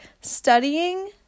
studying